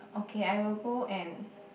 okay I will go and